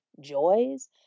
joys